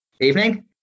Evening